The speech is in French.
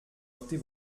heurter